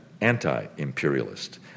anti-imperialist